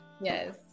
yes